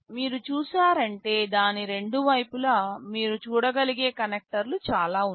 మీరు చూసారంటే దాని రెండు వైపులా మీరు చూడగలిగే కనెక్టర్లు చాలా ఉన్నాయి